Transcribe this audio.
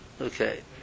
Okay